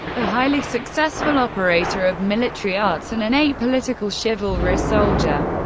a highly successful operator of military arts and an apolitical, chivalrous soldier.